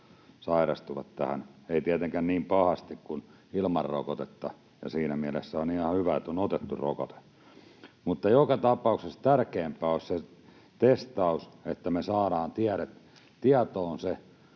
sairastuvat tähän, he eivät tietenkään sairastu niin pahasti kuin ilman rokotetta, ja siinä mielessä on ihan hyvä, että on otettu rokote. Joka tapauksessa tärkeämpää olisi se testaus, että me saadaan tietoon,